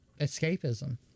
escapism